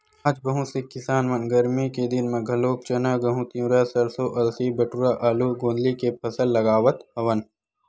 आज बहुत से किसान मन गरमी के दिन म घलोक चना, गहूँ, तिंवरा, सरसो, अलसी, बटुरा, आलू, गोंदली के फसल लगावत हवन